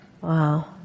Wow